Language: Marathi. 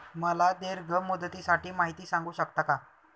मला दीर्घ मुदतीसाठी माहिती सांगू शकता का?